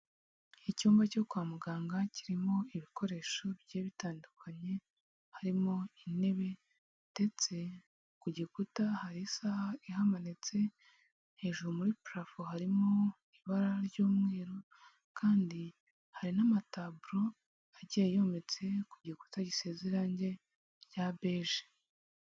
Icyumba cyo kwa muganga kirimo ibikoresho bigiye bitandukanye, harimo intebe ndetse ku gikuta hari isaha ihamanitse, hejuru muri purafo harimo ibara ry'umweru, kandi hari n'amataburo agiye yometse ku gikuta gisize irange rya beje.